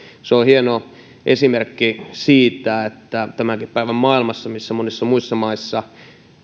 se on hieno esimerkki siitä että tämänkin päivän maailmassa missä monissa muissa maissa